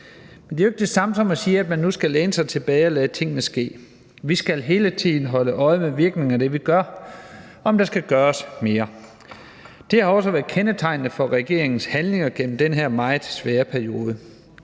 Men det er jo ikke det samme som at sige, at man nu skal læne sig tilbage og lade tingene ske. Vi skal hele tiden holde øje med virkningen af det, vi gør, og om der skal gøres mere. Det har også været kendetegnende for regeringens handlinger gennem den her meget svære periode,